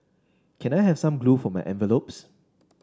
can I have some glue for my envelopes